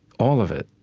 all of it,